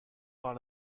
par